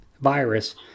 virus